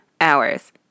hours